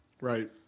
Right